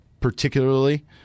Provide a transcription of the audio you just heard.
particularly